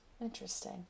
Interesting